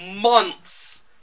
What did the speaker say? months